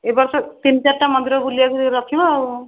ଏବର୍ଷ ତିନି ଚାରିଟା ମନ୍ଦିର ବୁଲିବାକୁ ରଖିବ ଆଉ